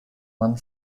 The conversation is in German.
man